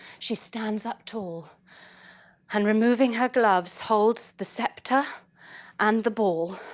she stands up tall and removing her gloves holds the sceptre and the ball.